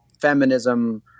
feminism